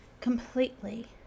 completely